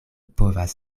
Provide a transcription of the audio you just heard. povas